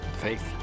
Faith